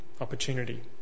opportunity